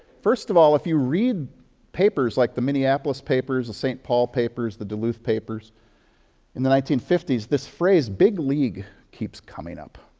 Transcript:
first of all, if you read papers like the minneapolis papers, the st. paul papers, the duluth papers in the nineteen fifty s, this phrase ibig leaguei keeps coming up.